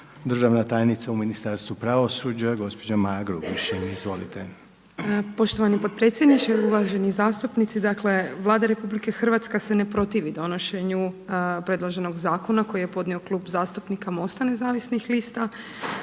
državna tajnica u Ministarstvu pravosuđa gospođa Maja Grubišin. Izvolite. **Grubišin, Maja** Poštovani potpredsjedniče, uvaženi zastupnici. Dakle, Vlada Republike Hrvatske se ne protivi donošenju predloženog zakona koji je podnio Klub zastupnika MOST-a nezavisnih lista,